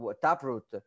Taproot